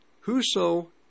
Whoso